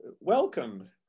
welcome